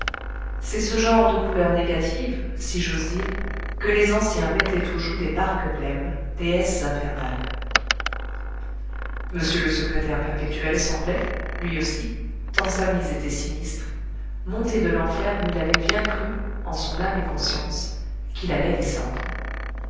c'est ce genre de couleur négative si j'ose dire que les anciens mettaient aux joues des parques blêmes déesses infernales m le secrétaire perpétuel semblait lui aussi tant sa mise était sinistre monter de l'enfer où il avait bien cru en son âme et conscience qu'il allait descendre